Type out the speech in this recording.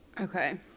Okay